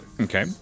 Okay